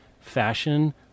fashion